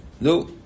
No